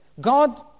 God